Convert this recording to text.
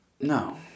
No